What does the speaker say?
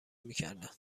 میکردند